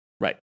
right